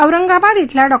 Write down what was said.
औरंगाबाद अल्या डॉ